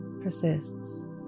persists